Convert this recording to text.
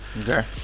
Okay